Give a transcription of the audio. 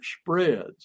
spreads